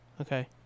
Okay